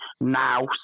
now